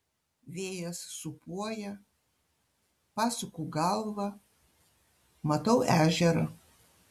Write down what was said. vėjas sūpuoja pasuku galvą matau ežerą